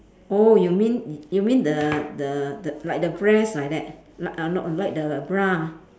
oh you mean you mean the the the like the breast like that la~ uh not like the bra